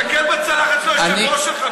תסתכל על הצלחת של היושב-ראש שלך,